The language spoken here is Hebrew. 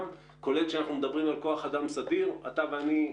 כולל כשאנחנו מדברים על כוח אדם סדיר אתה ואני,